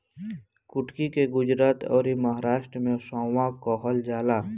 कुटकी के गुजरात अउरी महाराष्ट्र में सांवा कहल जाला